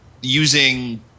using